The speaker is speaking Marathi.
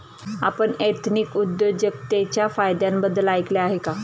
आपण एथनिक उद्योजकतेच्या फायद्यांबद्दल ऐकले आहे का?